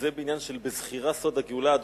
וזה עניין של "בזכירה סוד הגאולה".